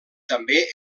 també